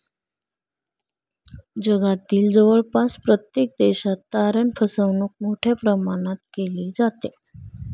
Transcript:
जगातील जवळपास प्रत्येक देशात तारण फसवणूक मोठ्या प्रमाणात केली जाते